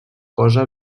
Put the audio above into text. cosa